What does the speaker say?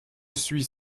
suis